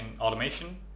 automation